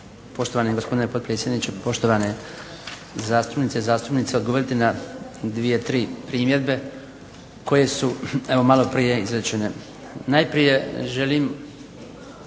poštovani gospodine potpredsjedniče, poštovane zastupnice i zastupnici odgovoriti na dvije, tri primjedbe koje su evo malo prije izrečene. Najprije želim